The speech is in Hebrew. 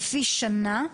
לפי שנה,